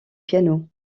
piano